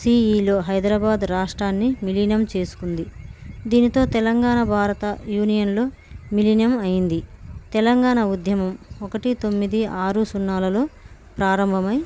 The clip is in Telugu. సిఈలో హైదరాబాద్ రాష్ట్రాన్ని విలీనం చేసుకుంది దీనితో తెలంగాణ భారత యూనియన్లో విలీనం అయింది తెలంగాణ ఉద్యమం ఒకటి తొమ్మిది ఆరు సున్నాాలలో ప్రారంభమై